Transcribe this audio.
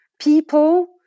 people